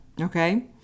okay